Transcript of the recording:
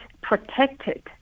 protected